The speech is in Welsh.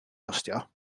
gostio